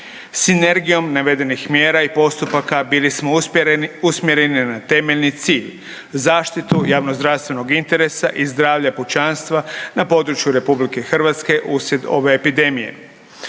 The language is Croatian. Sinergijom navedenih mjera i postupaka bili smo usmjereni na temeljni cilj, zaštitu javnozdravstvenog interesa i zdravlja pučanstva na području RH uslijed ove epidemije.